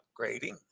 upgrading